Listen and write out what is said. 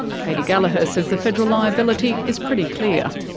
katy gallagher says the federal liability is pretty clear.